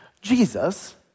Jesus